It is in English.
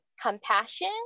compassion